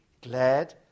glad